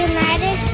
United